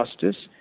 justice